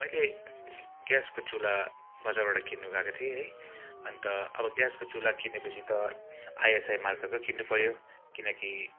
मैले ग्यासको चुल्हा बजारबाट किन्नु गएको थिएँ है अन्त अब ग्यासको चुल्हा किनेपछि त आइएसआई मार्काकै किन्नुपऱ्यो किनकि